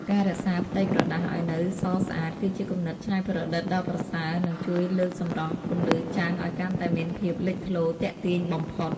ការរក្សាផ្ទៃក្រដាសឱ្យនៅសស្អាតគឺជាគំនិតច្នៃប្រឌិតដ៏ប្រសើរ និង ជួយលើកសម្រស់ពន្លឺចាំងឱ្យកាន់តែមានភាពលេចធ្លោទាក់ទាញបំផុត។